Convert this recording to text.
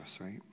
right